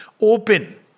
Open